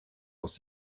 aus